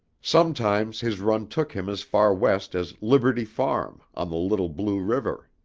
sometimes his run took him as far west as liberty farm on the little blue river.